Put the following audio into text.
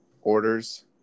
orders